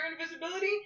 Invisibility